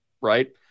Right